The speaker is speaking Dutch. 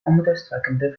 onrustwekkende